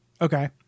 Okay